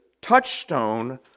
touchstone